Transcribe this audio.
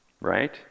right